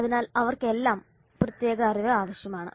അതിനാൽ അവർക്കെല്ലാം പ്രത്യേക അറിവ് ആവശ്യമാണ്